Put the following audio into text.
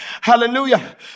Hallelujah